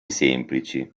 semplici